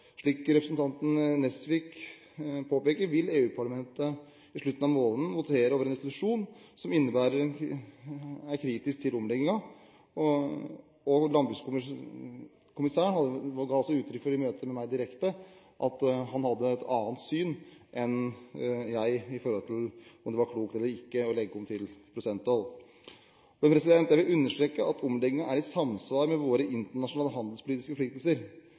Slik representanten Nesvik påpeker, vil EU-parlamentet i slutten av måneden votere over en resolusjon som er kritisk til omleggingen, og landbrukskommissæren ga uttrykk for i møte med meg direkte at han hadde et annet syn enn jeg på om det var klokt eller ikke å legge om til prosenttoll. Jeg vil understreke at omleggingen er i samsvar med våre internasjonale handelspolitiske forpliktelser.